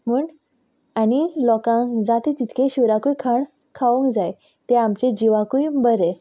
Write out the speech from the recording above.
म्हूण आनी लोकांक जाता तितकें शिवराकू खाण खावूंक जाय तें आमचें जिवाकूय बरें